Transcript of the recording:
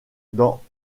dans